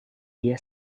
dia